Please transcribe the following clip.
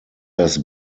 das